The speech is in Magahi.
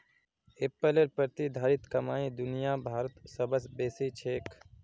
एप्पलेर प्रतिधारित कमाई दुनिया भरत सबस बेसी छेक